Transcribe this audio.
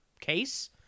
case